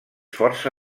força